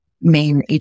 main